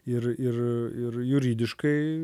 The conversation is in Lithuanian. ir ir ir juridiškai